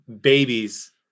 babies